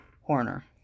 Horner